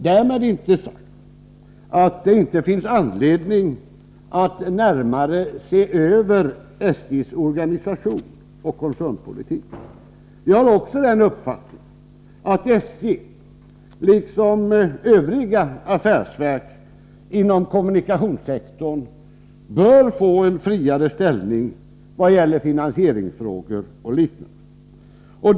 Därmed inte sagt att det inte finns anledning att närmare se över SJ:s organisation och koncernpolitik. Vi har också den uppfattningen att SJ liksom övriga affärsverk inom kommunikationssektorn bör få en friare ställning vad gäller finansieringsfrågor och liknande.